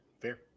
fair